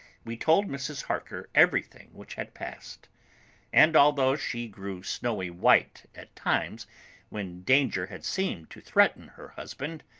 we told mrs. harker everything which had passed and although she grew snowy white at times when danger had seemed to threaten her husband,